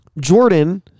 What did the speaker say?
Jordan